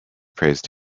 praised